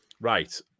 Right